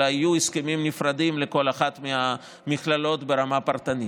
אלא יהיו הסכמים נפרדים לכל אחת מהמכללות ברמה פרטנית.